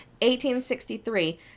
1863